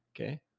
Okay